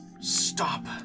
Stop